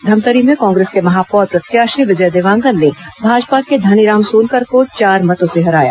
धमतरी में कांग्रेस के महापौर प्रत्याशी विजय देवांगन ने भाजपा के धनीराम सोनकर को चार मतों से हराया